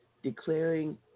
declaring